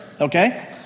okay